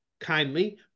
kindly